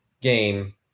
game